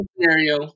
scenario